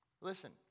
Listen